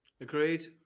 Agreed